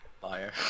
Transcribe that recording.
Fire